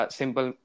simple